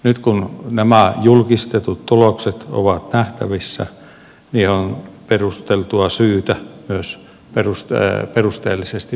nyt kun nämä julkistetut tulokset ovat nähtävissä on perusteltua syytä niihin myös perusteellisesti paneutua